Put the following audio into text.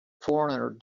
foreigner